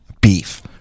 beef